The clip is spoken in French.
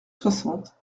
soixante